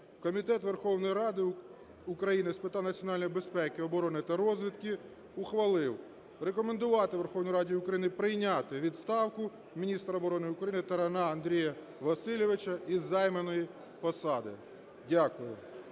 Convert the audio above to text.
Комітет Верховної Ради України з питань національної безпеки, оборони та розвідки ухвалив рекомендувати Верховній Раді України прийняти відставку міністра оборони України Тарана Андрія Васильовича з займаної посади. Дякую.